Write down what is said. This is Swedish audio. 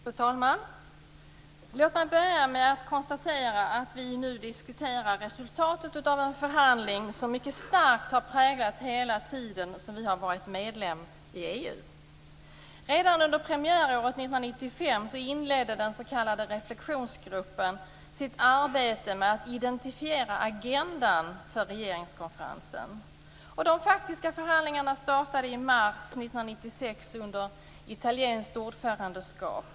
Fru talman! Låt mig börja med att konstatera att vi nu diskuterar resultatet av en förhandling som mycket starkt har präglat hela den tid som Sverige har varit medlem i EU. Redan under premiäråret 1995 inledde den s.k. reflexionsgruppen sitt arbete med att identifiera agendan för regeringskonferensen. De faktiska förhandlingarna startade i mars 1996 under italienskt ordförandeskap.